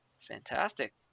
Fantastic